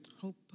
Hope